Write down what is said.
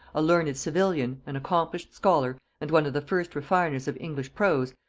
a learned civilian, an accomplished scholar, and one of the first refiners of english prose,